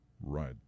Right